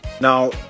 Now